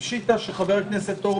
אז כפי שדרורית שטיימיץ ציינה,